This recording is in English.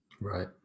Right